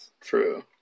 True